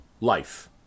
life